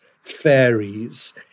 fairies